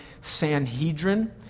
Sanhedrin